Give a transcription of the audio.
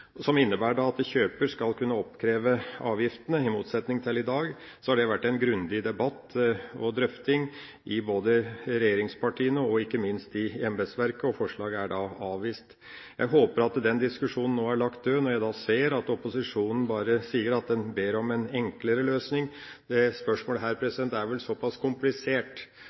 som innebærer at kjøper skal kunne oppkreve avgiftene – i motsetning til i dag – har det vært en grundig debatt og drøfting om dette, i både regjeringspartiene og ikke minst i embetsverket, og forslaget er avvist. Jeg håper at den diskusjonen nå er lagt død, siden jeg hører at opposisjonen sier at de bare ber om en enklere løsning. Dette spørsmålet er såpass komplisert